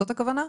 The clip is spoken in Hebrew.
זאת הכוונה?